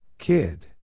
Kid